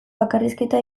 bakarrizketa